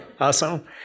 awesome